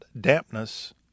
dampness